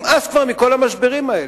נמאס כבר מכל המשברים האלה.